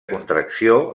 contracció